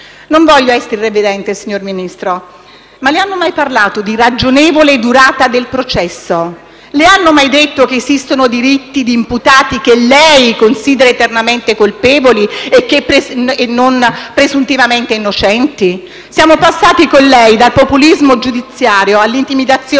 Non voglio essere irriverente, signor Ministro, ma le hanno mai parlato di ragionevole durata del processo? Le hanno mai detto che esistono diritti di imputati che lei considera eternamente colpevoli e non presuntivamente innocenti? Siamo passati con lei dal populismo giudiziario all'intimidazione